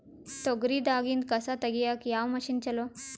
ತೊಗರಿ ದಾಗಿಂದ ಕಸಾ ತಗಿಯಕ ಯಾವ ಮಷಿನ್ ಚಲೋ?